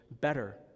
better